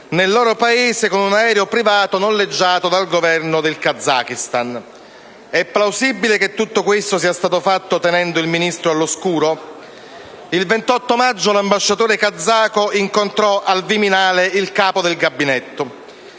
nel loro Paese con un aereo privato noleggiato dal Governo del Kazakistan. È plausibile che tutto questo sia stato fatto tenendo il Ministro all'oscuro? Il 28 maggio l'ambasciatore kazako incontrò al Viminale il Capo di Gabinetto,